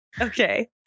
okay